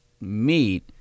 meet